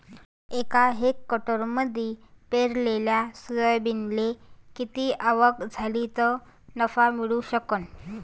एका हेक्टरमंदी पेरलेल्या सोयाबीनले किती आवक झाली तं नफा मिळू शकन?